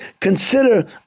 consider